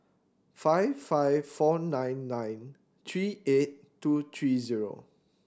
five five four nine nine three eight two three zero